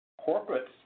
Corporate's